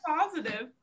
positive